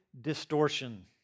distortion